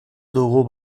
dugu